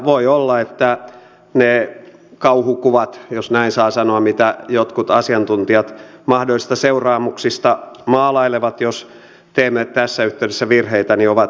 voi olla että ne kauhukuvat jos näin saa sanoa mitä jotkut asiantuntijat mahdollisista seuraamuksista maalailevat siitä jos teemme tässä yhteydessä virheitä ovat liioiteltuja